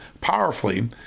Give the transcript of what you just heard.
powerfully